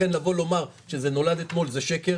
לכן לומר שזה נולד אתמול זה שקר.